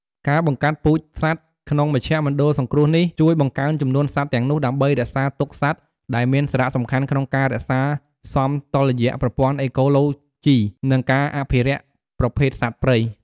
ការបង្កាត់ពូជសត្វក្នុងមជ្ឈមណ្ឌលសង្គ្រោះនេះ ជួយបង្កើនចំនួនសត្វទាំងនោះ ដើម្បីរក្សាទុកសត្វ ដែលមានសារៈសំខាន់ក្នុងការរក្សាសមតុល្យប្រព័ន្ធអេកូឡូជី និងការអភិរក្សប្រភេទសត្វព្រៃ។